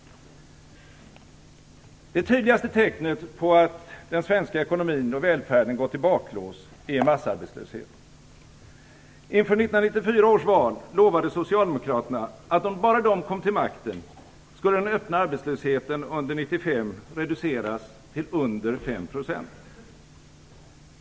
Det tydligaste tecknet på att den svenska ekonomin och välfärden gått i baklås är massarbetslösheten. Inför 1994 års val lovade socialdemokraterna att om bara de kom till makten skulle den öppna arbetslösheten under 1995 reduceras till under 5 %.